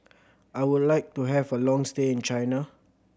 I would like to have a long stay in China